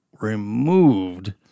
removed